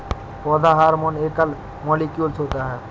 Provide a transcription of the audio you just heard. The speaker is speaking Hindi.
पौधा हार्मोन एकल मौलिक्यूलस होता है